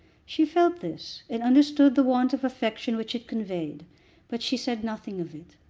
she felt this, and understood the want of affection which it conveyed but she said nothing of it.